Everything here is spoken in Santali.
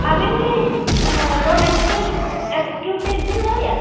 ᱟᱵᱮᱱ ᱪᱮᱫ ᱞᱳᱱ ᱮᱠᱥᱠᱤ ᱮᱠᱡᱤᱠᱤᱭᱩᱴᱤᱵᱽ ᱵᱤᱱ ᱞᱟᱹᱭ ᱮᱫᱟ